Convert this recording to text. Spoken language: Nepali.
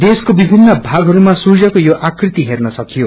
देशको विभिन्न भगहरूमा सूर्यको यो अकृति हेँन सकियो